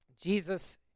Jesus